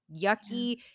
yucky